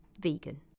vegan